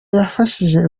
yafashije